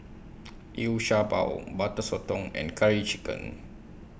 Liu Sha Bao Butter Sotong and Curry Chicken